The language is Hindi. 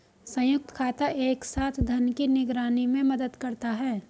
संयुक्त खाता एक साथ धन की निगरानी में मदद करता है